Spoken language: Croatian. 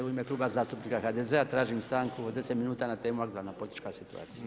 U ime Kluba zastupnika HDZ-a tražim stanku od 10 minuta na temu aktualna politička situacija.